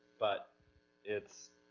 but it's,